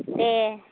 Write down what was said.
ए